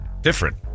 different